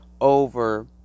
over